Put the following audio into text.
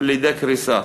לידי קריסה.